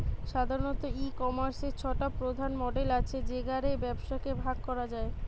সাধারণত, ই কমার্সের ছটা প্রধান মডেল আছে যেগা রে ব্যবসাকে ভাগ করা যায়